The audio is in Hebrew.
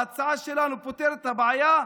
ההצעה שלנו פותרת את הבעיה,